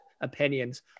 opinions